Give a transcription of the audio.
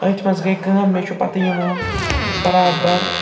أتھۍ مَنٛز گٔے کٲم مےٚ چھُ پَتہٕ یِوان بَرابر